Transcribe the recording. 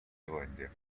зеландия